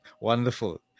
Wonderful